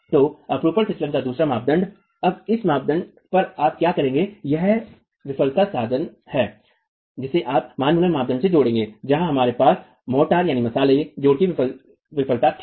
तो अपरूपण फिसलन का दूसरा मापदंड है अब इस मानदंड पर आप क्या करेंगे यह विफलता साधन है जिसे आप मान मुलर मानदंड से जोड़ेंगे जहां हमारे पास मोर्टार जोड़ों की विफलता थी